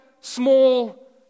small